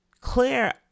Claire